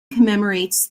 commemorates